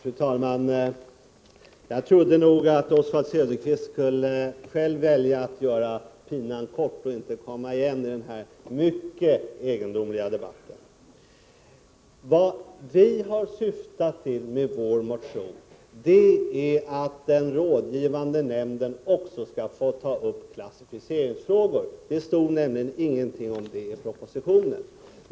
Fru talman! Jag trodde nog att Oswald Söderqvist skulle välja att göra pinan kort och inte komma igen i den här mycket egendomliga debatten. Vad vi har syftat till med vår motion är att den rådgivande nämnden också skall få ta upp klassificeringsfrågor. Det stod nämligen ingenting om det i propositionen.